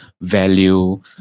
value